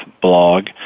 blog